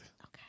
Okay